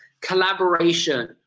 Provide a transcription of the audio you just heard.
collaboration